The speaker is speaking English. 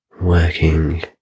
working